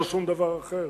לא שום דבר אחר,